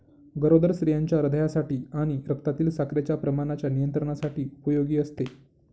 गरोदर स्त्रियांच्या हृदयासाठी आणि रक्तातील साखरेच्या प्रमाणाच्या नियंत्रणासाठी उपयोगी असते